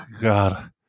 God